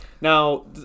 Now